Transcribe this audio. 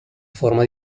forma